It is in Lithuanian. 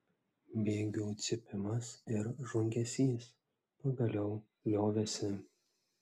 bėgių cypimas ir žvangesys pagaliau liovėsi